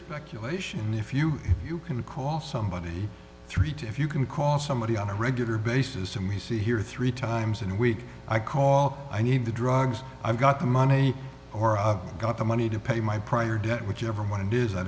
actually if you can call somebody three to if you can call somebody on a regular basis and we see here three times in a week i call i need the drugs i've got the money or got the money to pay my prior debt whichever one it is i